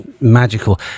magical